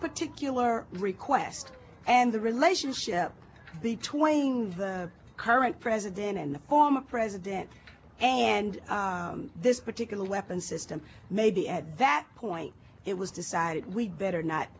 particular request and the relationship between the current president and the former president and this particular weapon system maybe at that point it was decided we'd better not